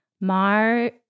Mar